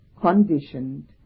conditioned